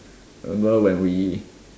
remember when we